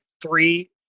three